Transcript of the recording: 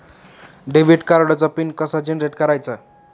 Debit कार्डचा pin कसा generate करायचा?